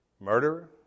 murderer